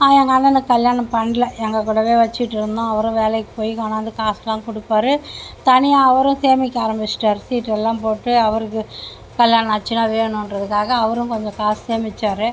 எங்கள் அண்ணனுக்கு கல்யாணம் பண்ணல எங்கள் கூடவே வச்சுட்ருந்தோம் அவரும் வேலைக்கு போய் கொண்ணார்ந்து காசெலாம் கொடுப்பாரு தனியாக அவரும் சேமிக்க ஆரமிச்ட்டாரு சீட்டெலாம் போட்டு அவருக்கு கல்யாணம் ஆச்சுன்னா வேணுங்கிறதுக்காக அவரும் கொஞ்சம் காசு சேமிச்சார்